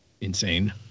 insane